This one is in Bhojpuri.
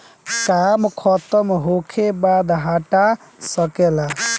काम खतम होखे बाद हटा सके ला